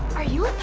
are you